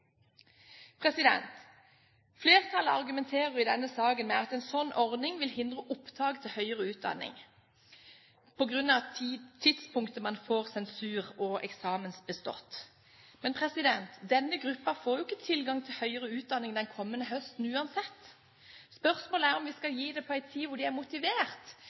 Flertallet argumenterer i denne saken med at en slik ordning vil hindre opptak til høyere utdanning, på grunn av tidspunktet man får sensur og eksamensbestått. Men denne gruppen får jo ikke tilgang til høyere utdanning den kommende høsten uansett. Spørsmålet er om vi skal gi det på en tid de er motivert,